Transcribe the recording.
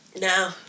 No